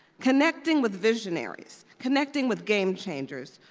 connecting with visionaries, connecting with game changers,